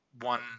one